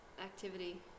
activity